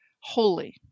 holy